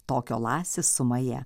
tokio lasis su maja